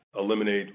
eliminate